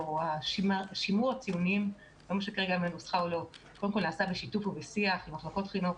שימור הציונים נעשה בשיתוף ובשיח עם מחלקות חינוך,